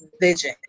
vision